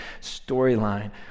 storyline